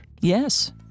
Yes